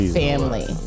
family